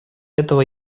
этого